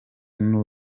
n’u